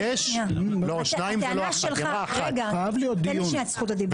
חייב להיות דיון.